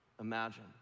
imagine